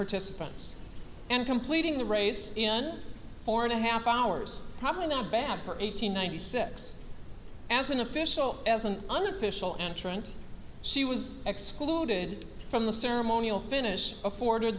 participants and completing the race in four and a half hours probably not bad for eight hundred ninety six as an official as an unofficial entrant she was excluded from the ceremonial finish afforded